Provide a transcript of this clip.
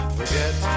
Forget